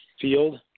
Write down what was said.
field